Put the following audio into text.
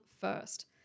first